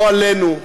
לא עלינו,